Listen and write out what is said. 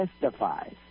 testifies